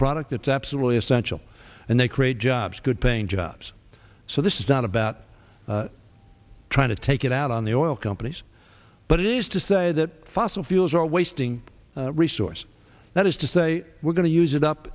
product that's absolutely essential and they create jobs good paying jobs so this is not about trying to take it out on the oil companies but it is to say that fossil fuels are wasting resources that is to say we're going to use it up